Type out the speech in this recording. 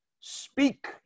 Speak